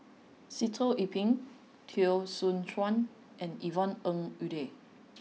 Sitoh Yih Pin Teo Soon Chuan and Yvonne Ng Uhde